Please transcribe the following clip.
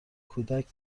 کودک